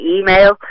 email